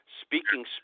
speaking